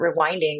rewinding